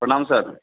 प्रणाम सर